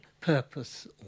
purpose